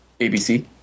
ABC